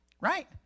Right